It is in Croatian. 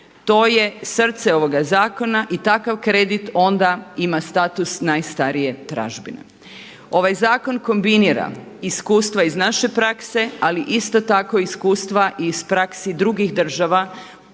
To je srce ovoga zakona i takav kredit onda ima status najstarije tražbine. Ovaj zakon kombinira iskustva iz naše prakse, ali isto tako iskustva iz praksi drugih država